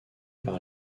par